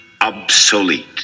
obsolete